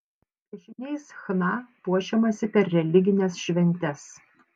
piešiniais chna puošiamasi per religines šventes